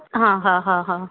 हा हा हा हा